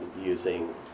using